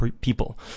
people